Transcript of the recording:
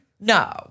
No